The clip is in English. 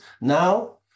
Now